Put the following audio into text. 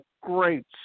great